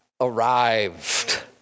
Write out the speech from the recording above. arrived